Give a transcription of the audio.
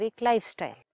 lifestyle